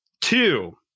two